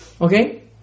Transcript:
Okay